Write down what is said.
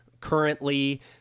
currently